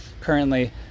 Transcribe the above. currently